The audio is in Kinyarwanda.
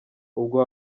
ubwo